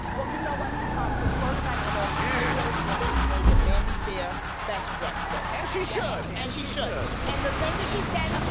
well, you know what, um for the first time ever, tracee ellis ross has made the vanity fair best dressed list. and she should, and she should. and, the thing that she said